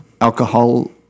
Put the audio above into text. alcohol